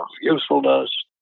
usefulness